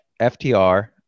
FTR